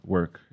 Work